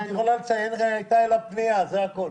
את יכולה לציין שהייתה אליו פנייה, זה הכול.